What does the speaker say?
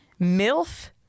milf